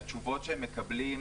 התשובות שהם מקבלים,